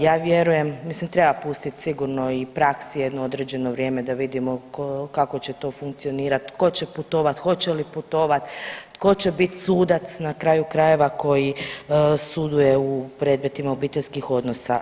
Ja vjerujem, mislim treba pustit sigurno i praksi jedno određeno vrijeme da vidimo kako će to funkcionirat, tko će putovat, hoće li putovat, tko će bit sudac na kraju krajeva koji suduje u predmetima obiteljskih odnosa.